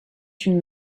une